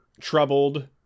Troubled